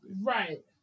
Right